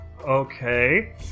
Okay